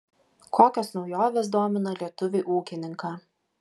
kokios naujovės domina lietuvį ūkininką